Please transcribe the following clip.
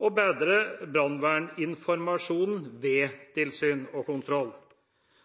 brannverninformasjonen ved tilsyn og kontroll.